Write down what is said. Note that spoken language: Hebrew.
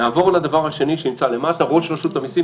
נעבור לדבר השני שנמצא למטה ראש רשות המיסים,